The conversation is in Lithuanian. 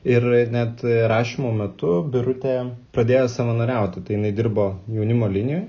ir net rašymo metu birutė pradėjo savanoriauti tai jinai dirbo jaunimo linijoj